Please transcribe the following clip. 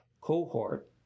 cohort